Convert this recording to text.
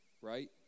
right